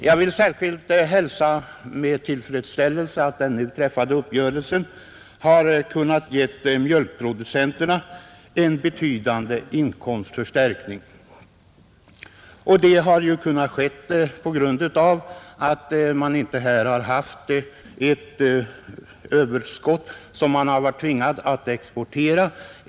Jag hälsar också med särskild tillfredsställelse att den nu träffade uppgörelsen har kunnat ge mjölkproducenterna en betydande inkomstförstärkning. Detta har kunnat ske därför att vi inte har haft något överskott som vi varit tvungna att exportera.